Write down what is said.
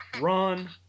run